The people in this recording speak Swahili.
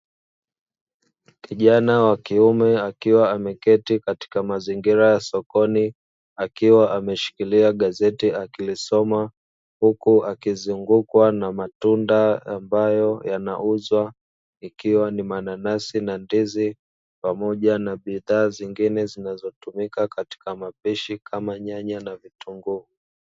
Kijana wa kiume akiwa ameketi katika mazingira ya sokoni akiwa ameshikilia gazeti akilisoma. Huku akizungukwa na matunda ambayo yanauzwa ikiwa ni mananasi na ndizi, pamoja na bidhaa zingine zinazotumika katika mapishi kama nyanya na vitunguu.